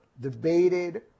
debated